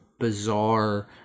Bizarre